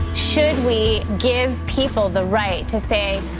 should we give people the right to say,